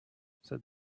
said